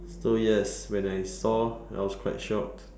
so yes when I saw I was quite shocked